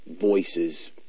voices